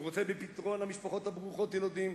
שרוצה בפתרון למשפחות ברוכות הילדים,